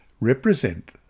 represent